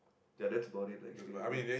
ya that's about it lah actually uh